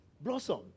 blossom